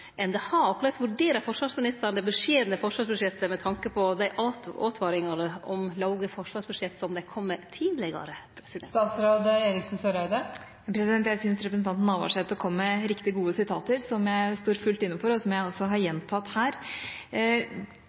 enn det har. Korleis vurderer forsvarsministeren det beskjedne forsvarsbudsjettet med tanke på dei åtvaringane om låge forsvarsbudsjett som dei kom med tidlegare? Jeg syns representanten Navarsete kom med riktig gode sitater, som jeg står fullt inne for, og som jeg også har gjentatt her.